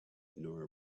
nor